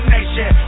Nation